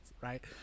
Right